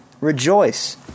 Rejoice